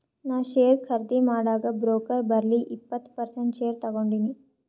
ನಾ ಶೇರ್ ಖರ್ದಿ ಮಾಡಾಗ್ ಬ್ರೋಕರ್ ಬಲ್ಲಿ ಇಪ್ಪತ್ ಪರ್ಸೆಂಟ್ ಶೇರ್ ತಗೊಂಡಿನಿ